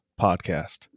podcast